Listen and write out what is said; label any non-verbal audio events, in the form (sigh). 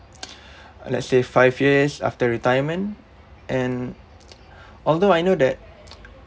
(noise) (breath) let's say five years after retirement and although I know that